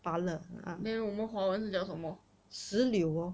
then 我们华文是叫什么